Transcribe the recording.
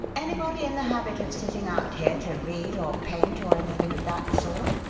anybody in the habit of sitting out here to read or paint or anything of that sort?